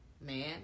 man